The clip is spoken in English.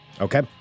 Okay